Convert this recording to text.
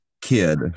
kid